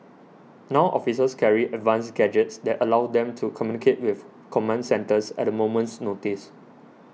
now officers carry advanced gadgets that allow them to communicate with command centres at a moment's notice